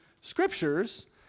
scriptures